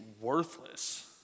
worthless